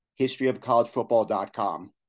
historyofcollegefootball.com